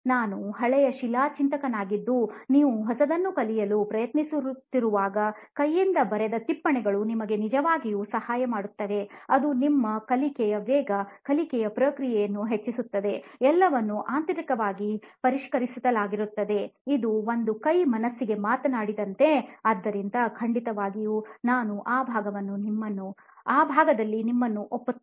ನಾನು ಹಳೆಯ ಶಾಲಾ ಚಿಂತಕನಾಗಿದ್ದು ನೀವು ಹೊಸದನ್ನು ಕಲಿಯಲು ಪ್ರಯತ್ನಿಸುತ್ತಿರುವಾಗ ಕೈಯಿಂದ ಬರೆದ ಟಿಪ್ಪಣಿಗಳು ನಿಮಗೆ ನಿಜವಾಗಿಯೂ ಸಹಾಯ ಮಾಡುತ್ತವೆ ಅದು ನಿಮ್ಮ ಕಲಿಕೆಯ ವೇಗ ಕಲಿಕೆಯ ಪ್ರಕ್ರಿಯೆಯನ್ನು ಹೆಚ್ಚಿಸುತ್ತದೆ ಎಲ್ಲವನ್ನೂ ಆಂತರಿಕವಾಗಿ ಪರಿಷ್ಕರಿಸಲಾಗುತ್ತದೆ ಇದು ಒಂದು ಕೈ ಮನಸ್ಸಿಗೆ ಮಾತನಾಡಿದಂತೆ ಆದ್ದರಿಂದ ಖಂಡಿತವಾಗಿಯೂ ನಾನು ಆ ಭಾಗದಲ್ಲಿ ನಿಮ್ಮನ್ನು ಒಪ್ಪುತ್ತೇನೆ